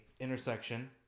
intersection